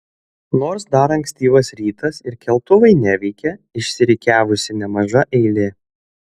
nors dar ankstyvas rytas ir keltuvai neveikia išsirikiavusi nemaža eilė